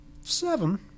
Seven